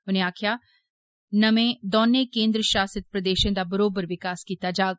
उने आक्खेआ नमें दौनें केन्द्र शासित प्रदेशों दा बरोबर विकास कीता जाग